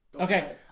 Okay